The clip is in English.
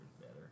better